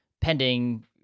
pending